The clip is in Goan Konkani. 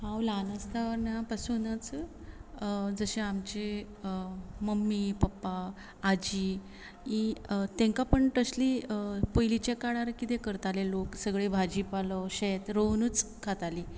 हांव ल्हान आसतना पासूनच जशे आमचे मम्मी पप्पा आजी तांकां तसली पयलींच्या काळार कितें करताले लोक सगळे भाजी पालो शेत रोवनूच खातालीं